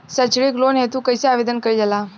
सैक्षणिक लोन हेतु कइसे आवेदन कइल जाला?